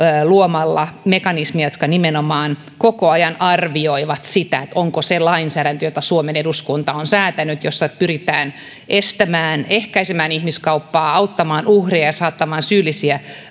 luomalla mekanismeja jotka nimenomaan koko ajan arvioivat sitä toimiiko se lainsäädäntö jota suomen eduskunta on säätänyt jossa pyritään estämään ehkäisemään ihmiskauppaa auttamaan uhreja ja saattamaan syyllisiä